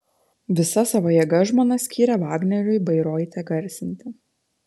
visas savo jėgas žmona skyrė vagneriui bairoite garsinti